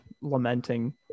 lamenting